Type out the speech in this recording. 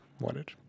wanted